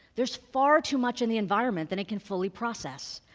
there's far too much in the environment than it can fully process.